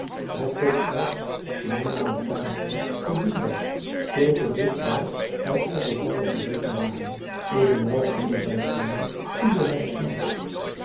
het toch als men naar een tuin ging te doen was veel te digt bij en op elkander gelegen waren evenwel gunde zij gaarne ieder zijn smaak